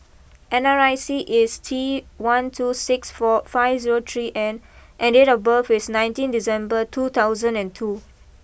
N R I C is T one two six four five zero three N and date of birth is nineteen December two thousand and two